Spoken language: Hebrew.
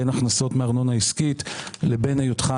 בין הכנסות מארנונה עסקית לבין היותך